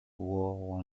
war